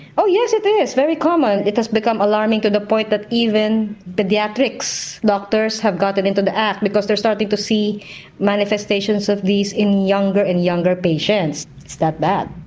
oh yes it is, very common. it has become alarming to the point that even but paediatrics doctors have gotten into the act, because they're starting to see manifestations of these in younger and younger patients it's that bad.